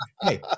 hey